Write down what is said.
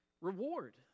Reward